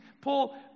Paul